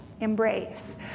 embrace